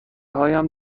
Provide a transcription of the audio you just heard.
هایم